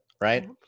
right